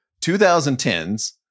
2010s